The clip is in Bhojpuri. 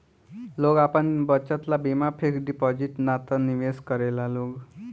लोग आपन बचत ला बीमा फिक्स डिपाजिट ना त निवेश करेला लोग